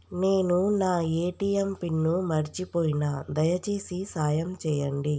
నేను నా ATM pin మర్చిపోయిన, దయచేసి సాయం చేయండి